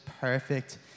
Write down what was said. perfect